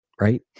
right